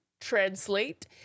Translate